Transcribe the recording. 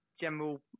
general